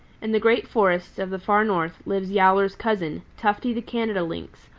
in the great forests of the far north lives yowler's cousin, tufty the canada lynx,